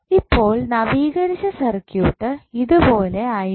ഇപ്പോൾ നവീകരിച്ച സർക്യൂട്ട് ഇതുപോലെ ആയിരിക്കും